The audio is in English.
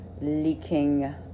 leaking